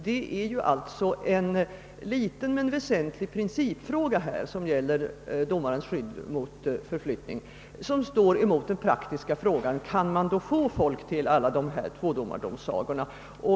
Det är alltså en liten men väsentlig principfråga som gäller domares skydd mot förflyttning, mot vilken står den praktiska frågan, om man kan få folk till alla dessa tvådomardomsagor.